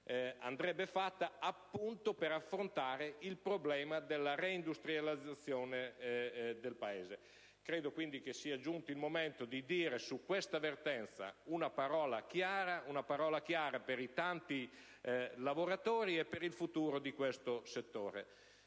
una riflessione appunto per affrontare il problema della reindustrializzazione del Paese. Credo quindi che sia giunto il momento di dire, su questa vertenza, una parola chiara per i tanti lavoratori e per il futuro di questo settore.